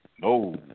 No